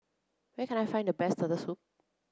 where can I find the best turtle soup